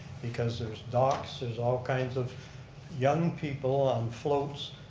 because there's docks, there's all kinds of young people on floats,